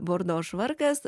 bordo švarkas